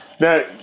Now